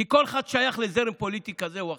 כי כל אחד שייך לזרם פוליטי כזה או אחר.